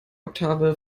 oktave